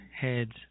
heads